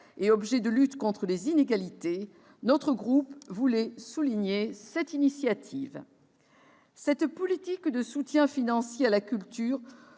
objet de lutte contre les inégalités, notre groupe veut souligner cette initiative. Cette politique de soutien financier à la culture